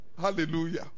Hallelujah